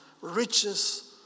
riches